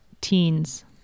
teens